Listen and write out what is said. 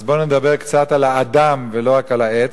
אז בואו נדבר קצת על האדם ולא רק על העץ.